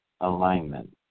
alignment